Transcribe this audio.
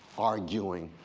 arguing,